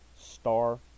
Star